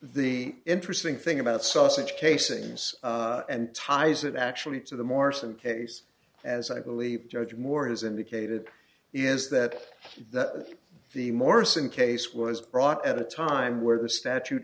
the interesting thing about sausage casings and ties it actually to the morse and case as i believe judge moore has indicated is that the morrison case was brought at a time where the statute